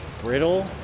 brittle